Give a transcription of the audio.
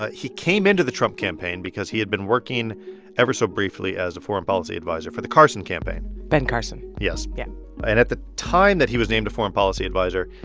ah he came into the trump campaign because he had been working ever so briefly as a foreign policy adviser for the carson campaign ben carson yes. yeah but and at the time that he was named a foreign policy adviser,